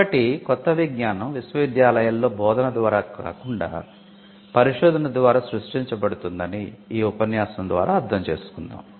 కాబట్టి కొత్త విజ్ఞానం విశ్వవిద్యాలయాలలో బోధన ద్వారా కాకుండా పరిశోధన ద్వారా సృష్టించబడుతుందని ఈ ఉపన్యాసం ద్వారా అర్థం చేసుకుందాం